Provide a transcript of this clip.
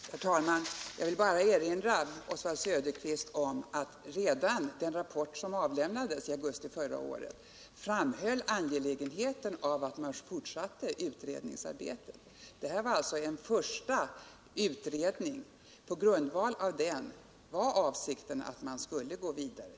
Herr talman! Jag vill bara erinra Oswald Söderqvist om att redan i den rapport som avlämnades i augusti förra året framhölls angelägenheten av att man fortsatte utredningsarbetet. Det här var alltså en första utredning. - Nr 157 Avsikten var att man på grundval av denna utredning skulle gå vidare.